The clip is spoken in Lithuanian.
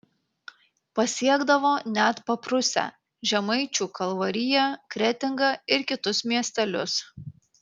pasiekdavo net paprūsę žemaičių kalvariją kretingą ir kitus miestelius